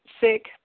sick